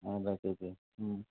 অঁ বাকী একে